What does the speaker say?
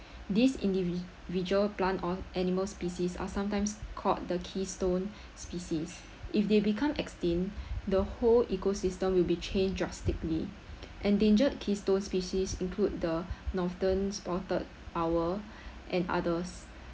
this individual plant or animal species are sometimes called the keystone species if they become extinct the whole ecosystem will be changed drastically endangered keystone species include the northern spotted owl and others